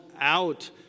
out